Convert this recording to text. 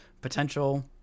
potential